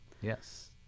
Yes